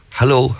hello